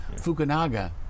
Fukunaga